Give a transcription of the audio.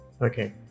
Okay